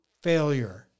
failure